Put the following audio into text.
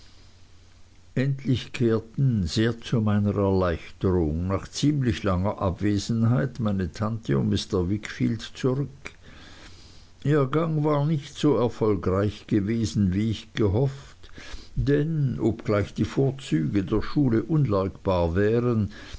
endlich kehrten sehr zu meiner erleichterung nach ziemlich langer abwesenheit meine tante und mr wickfield zurück ihr gang war nicht so erfolgreich gewesen wie ich gehofft denn obgleich die vorzüge der schule unleugbar wären